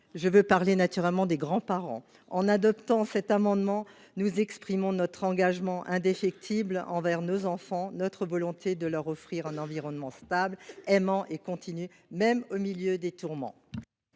je veux parler naturellement des grands parents. En adoptant cet amendement, nous exprimerions notre engagement indéfectible envers nos enfants, notre volonté de leur offrir un environnement stable, aimant et continu, même au milieu des tourments.